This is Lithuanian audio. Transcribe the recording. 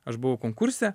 aš buvau konkurse